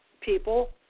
people